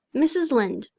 mrs. lynde,